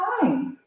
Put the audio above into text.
time